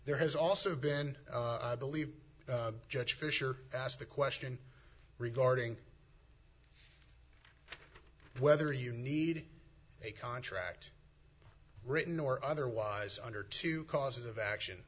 there has also been believe judge fisher asked the question regarding whether you need a contract written or otherwise under two causes of action